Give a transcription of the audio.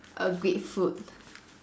err great food